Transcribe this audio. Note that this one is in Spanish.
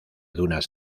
dunas